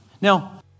Now